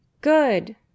Good